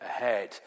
ahead